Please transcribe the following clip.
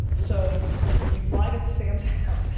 so we fly to sam's house.